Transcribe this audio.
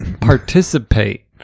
participate